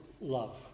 love